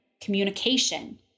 communication